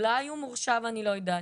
אולי הוא מורשע ואני לא יודעת.